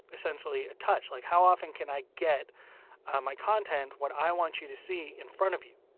essentially, a touch. like, how often can i get my content, what i want you to see, in front of you?